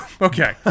Okay